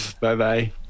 Bye-bye